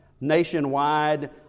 nationwide